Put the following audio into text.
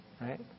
Right